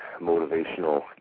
motivational